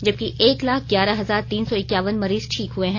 जबकि एक लाख ग्यारह हजार तीन सौ इक्यावन मरीज ठीक हुए हैं